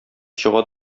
чыга